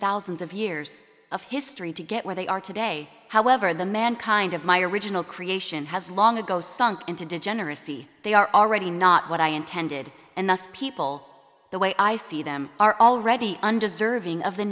thousands of years of history to get where they are today however the mankind of my original creation has long ago sunk into degeneracy they are already not what i intended and the people the way i see them are already undeserving of the